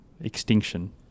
extinction